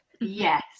Yes